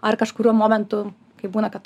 ar kažkuriuo momentu kai būna kad